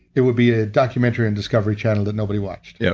it will be a documentary in discovery channel that nobody watched yeah